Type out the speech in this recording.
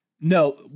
no